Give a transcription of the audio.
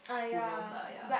who knows lah ya